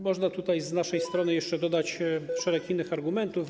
Można tutaj z naszej strony jeszcze dodać szereg innych argumentów.